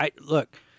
Look